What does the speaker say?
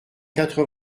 quatre